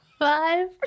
Five